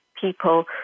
people